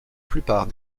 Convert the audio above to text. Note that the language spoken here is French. plupart